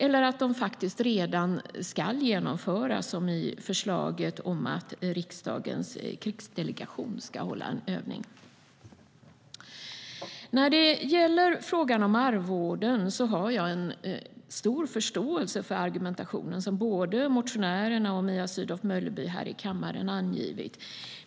Några ska redan genomföras, som förslaget att riksdagens krigsdelegation ska hålla en övning. När det gäller frågan om arvoden har jag stor förståelse för argumentationen, som både motionärerna och Mia Sydow Mölleby här i kammaren har angivit.